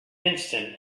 instant